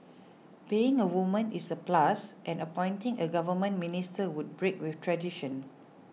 being a woman is a plus and appointing a government minister would break with tradition